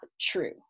true